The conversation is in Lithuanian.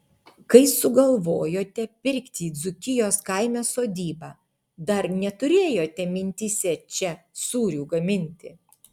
kai sugalvojote pirkti dzūkijos kaime sodybą dar neturėjote mintyse čia sūrių gaminti